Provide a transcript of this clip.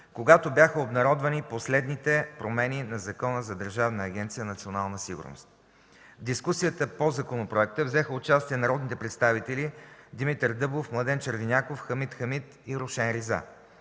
когато бяха обнародвани последните промени на Закона за Държавна агенция „Национална сигурност”. В дискусията по законопроекта взеха участие народните представители Димитър Дъбов, Младен Червеняков, Хамид Хамид и Рушен Риза.